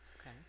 Okay